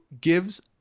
gives